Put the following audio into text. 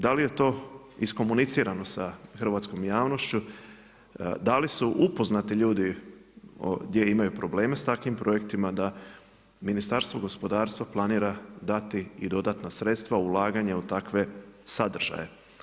Da li je to iskomunicirano sa hrvatskom javnošću, da li su upoznati ljudi gdje imaju probleme sa takvim projektima da Ministarstvo gospodarstva planira dati i dodatna sredstva ulaganje u takve sadržaje.